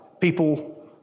people